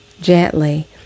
gently